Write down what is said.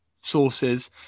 sources